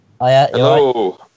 Hello